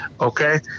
okay